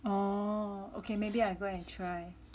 oh okay maybe I go and try